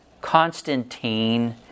Constantine